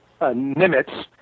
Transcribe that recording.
Nimitz